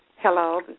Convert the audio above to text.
Hello